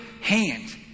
hand